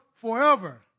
forever